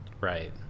Right